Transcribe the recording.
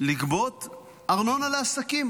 לגבות ארנונה לעסקים.